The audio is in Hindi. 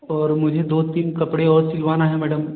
और मुझे दो तीन कपड़े और सिलवाना है मैडम